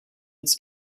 its